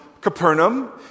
Capernaum